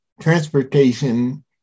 transportation